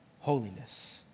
holiness